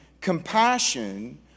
compassion